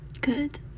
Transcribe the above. good